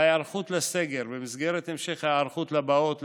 ההיערכות לסגר: במסגרת המשך ההיערכות לבאות,